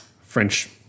French